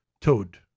Toad